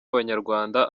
abanyarwanda